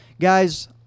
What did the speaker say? Guys